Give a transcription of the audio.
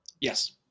Yes